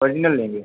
original लेंगे